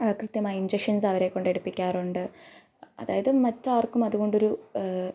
കൃത്യമായ ഇഞ്ചക്ഷൻസ് അവരെ കൊണ്ട് എടുപ്പിക്കാറുണ്ട് അതായത് മറ്റാർക്കും അതുകൊണ്ടൊരു